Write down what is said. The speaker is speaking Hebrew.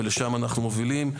ולשם אנחנו מובילים.